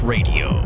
Radio